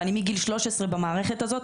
ואני מגיל 13 במערכת הזאת,